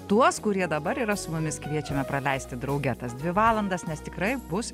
tuos kurie dabar yra su mumis kviečiame praleisti drauge tas dvi valandas nes tikrai bus